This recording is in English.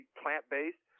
plant-based